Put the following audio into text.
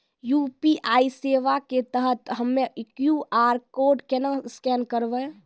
UPI सेवा के तहत हम्मय क्यू.आर कोड केना स्कैन करबै?